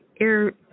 air